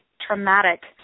traumatic